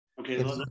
Okay